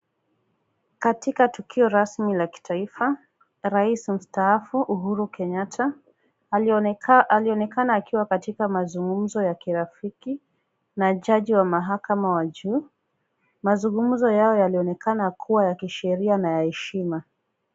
Katika tukio rasmi la kitaifa rais mstaafu Uhuru Kenyatta alionekana akiwa katika mazungumzo ya kirafiki na jaji wa mahakama ya juu. Mazungumzo yao yalionekana kuwa ya kisheria na heshima.